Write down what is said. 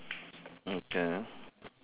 okay